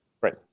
right